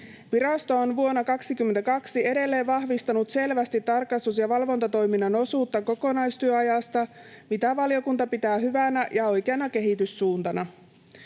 Virasto on vuonna 22 edelleen vahvistanut selvästi tarkastus- ja valvontatoiminnan osuutta kokonaistyöajasta, mitä valiokunta pitää hyvänä ja oikeana kehityssuuntana.